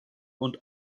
und